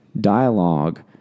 dialogue